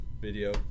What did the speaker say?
video